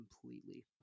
completely